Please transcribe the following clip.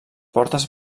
portes